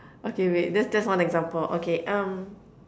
okay wait that's just one example okay um